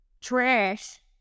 trash